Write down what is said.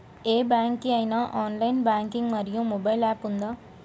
ఏ bank కి ఐనా online banking మరియు మొబైల్ యాప్ ఉందా?